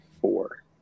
four